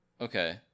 Okay